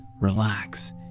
relax